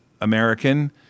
American